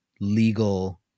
legal